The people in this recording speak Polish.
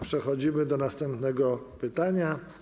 Przechodzimy do następnego pytania.